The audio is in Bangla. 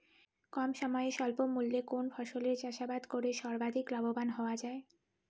কম সময়ে স্বল্প মূল্যে কোন ফসলের চাষাবাদ করে সর্বাধিক লাভবান হওয়া য়ায়?